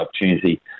opportunity